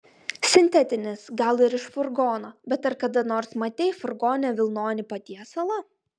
sintetinis gal ir iš furgono bet ar kada nors matei furgone vilnonį patiesalą